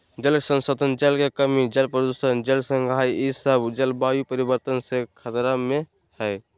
जल संसाधन, जल के कमी, जल प्रदूषण, जल संघर्ष ई सब जलवायु परिवर्तन से खतरा में हइ